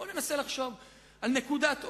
בוא ננסה לחשוב על נקודת אור,